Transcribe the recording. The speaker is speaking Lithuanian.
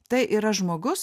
tai yra žmogus apie kurio